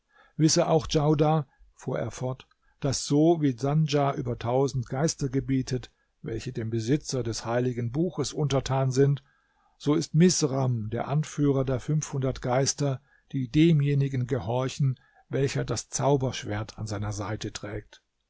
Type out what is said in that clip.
wisse auch djaudar fuhr er fort daß so wie sandja über tausend geister gebietet welche dem besitzer des heiligen buches untertan sind so ist misram der anführer der fünfhundert geister die demjenigen gehorchen welcher das zauberschwert an seiner seite trägt